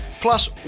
Plus